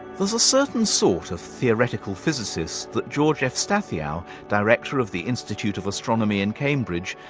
there's a certain sort of theoretical physicist that george efstathiou, director of the institute of astronomy in cambridge,